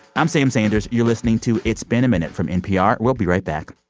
i'm sam sanders. you're listening to it's been a minute from npr. we'll be right back